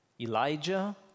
Elijah